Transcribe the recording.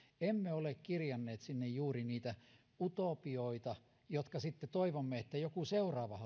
emme ole kirjanneet sinne juuri niitä utopioita jotka sitten toivomme jonkun seuraavista